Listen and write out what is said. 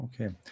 Okay